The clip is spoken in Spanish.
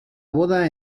boda